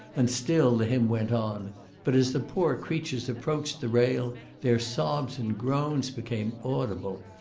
and still the hymn went on but as the poor creatures approached the rail their sobs and groans became audible.